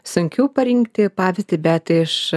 sunkiau parinkti pavyzdį bet iš